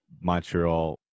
Montreal